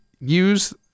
use